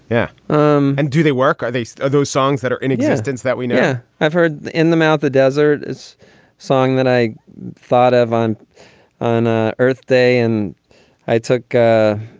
yeah. um and do they work? are they so are those songs that are in existence that we never have heard in them? out the desert is song that i thought of on on ah earth day. and i took a